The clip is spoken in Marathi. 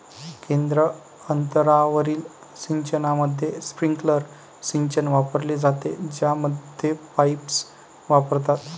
केंद्र अंतरावरील सिंचनामध्ये, स्प्रिंकलर सिंचन वापरले जाते, ज्यामध्ये पाईप्स वापरतात